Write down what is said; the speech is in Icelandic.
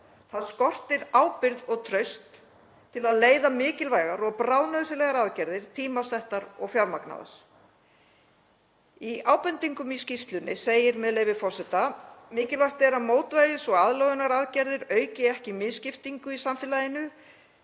Það skortir ábyrgð og traust til að leiða mikilvægar og bráðnauðsynlegar aðgerðir, tímasettar og fjármagnaðar. Í ábendingum í skýrslunni segir, með leyfi forseta: „Mikilvægt er að mótvægis- og aðlögunaraðgerðir auki ekki misskiptingu í samfélaginu.